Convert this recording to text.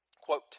quote